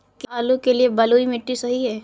क्या आलू के लिए बलुई मिट्टी सही है?